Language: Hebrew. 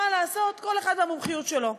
מה לעשות, כל אחד והמומחיות שלו.